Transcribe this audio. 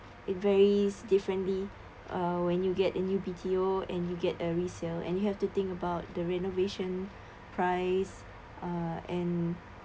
it varies differently uh uh when you get a new B_T_O and you get a resale and you have to think about the renovation price uh and